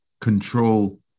control